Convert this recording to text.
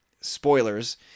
spoilers